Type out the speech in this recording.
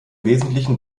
wesentlichen